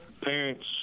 Parents